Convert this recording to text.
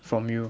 from you